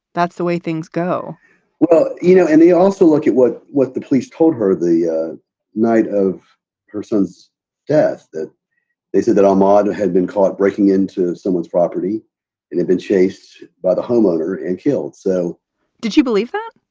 that's the way things go well, you know, and they also look at what what the police told her the ah night of her son's death, that they said that um ah armondo had been caught breaking into someone's property and they've been chased by the homeowner and killed. so did you believe that?